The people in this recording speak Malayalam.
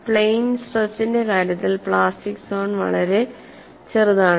പ്ലെയ്ൻ സ്ട്രെസിന്റെ കാര്യത്തിൽ പ്ലാസ്റ്റിക് സോൺ വളരെ വലുതാണ്